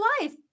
life